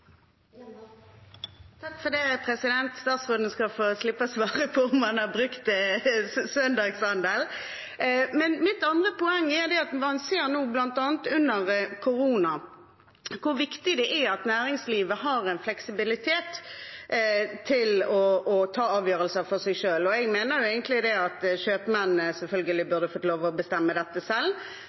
Statsråden skal få slippe å svare på om han har brukt søndagshandel. Mitt andre poeng er at man ser nå, bl.a. under korona, hvor viktig det er at næringslivet har fleksibilitet til å ta avgjørelser for seg selv, og jeg mener egentlig at kjøpmennene selvfølgelig burde fått lov til å bestemme dette selv.